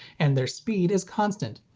and their speed is constant.